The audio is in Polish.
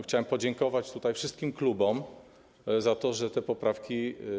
Chciałem podziękować wszystkim klubom za to, że te poprawki.